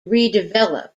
redevelop